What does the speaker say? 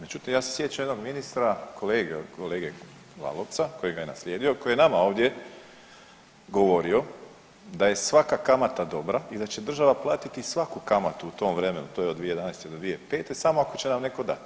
Međutim, ja se sjećam jednog ministra, kolege od kolege Lalovca koji ga je naslijedio koji je nama ovdje govorio da je svaka kamata dobra i da će država platiti svaku kamatu u tom vremenu to je od 2011. do 2005. samo ako će nam netko dati.